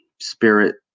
spirit